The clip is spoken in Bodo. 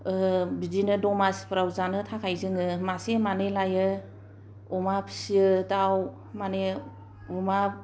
बिदिनो दमासिफ्राव जानो थाखाय जोङो मासे मानै लाययो अमा फियो दाउ मानि अमा